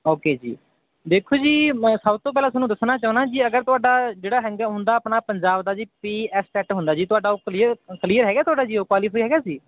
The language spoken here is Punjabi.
ਓਕੇ ਜੀ ਦੇਖੋ ਜੀ ਮੈਂ ਸਭ ਤੋਂ ਪਹਿਲਾਂ ਤੁਹਾਨੂੰ ਦੱਸਣਾ ਚਾਹੁੰਦਾ ਜੀ ਅਗਰ ਤੁਹਾਡਾ ਜਿਹੜਾ ਹੈਂਗਾ ਹੁੰਦਾ ਆਪਣਾ ਪੰਜਾਬ ਦਾ ਜੀ ਪੀ ਐੱਫ ਸੈਟ ਹੁੰਦਾ ਜੀ ਤੁਹਾਡਾ ਉਹ ਕਲੀਅਰ ਕਲੀਅਰ ਹੈਗਾ ਤੁਹਾਡਾ ਜੀ ਉਹ ਕੁਆਲੀਫਾਈ ਹੈਗਾ ਜੀ